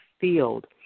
field